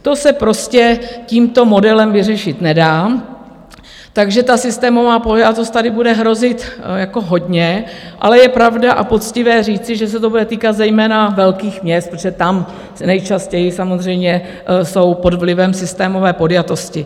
To se prostě tímto modelem vyřešit nedá, takže systémová podjatost tady bude hrozit hodně, ale je pravda a poctivé říci, že se to bude týkat zejména velkých měst, protože tam nejčastěji samozřejmě jsou pod vlivem systémové podjatosti.